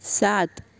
सात